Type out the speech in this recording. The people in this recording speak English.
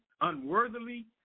unworthily